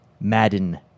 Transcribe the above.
Madden